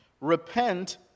Repent